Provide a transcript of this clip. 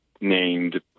named